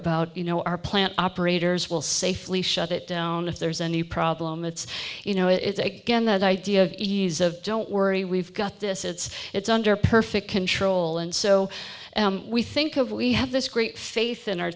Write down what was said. about you know our plant operators will safely shut it down if there's any problem it's you know it's again that idea of ease of don't worry we've got this it's it's under perfect control and so we think of we have this great faith in our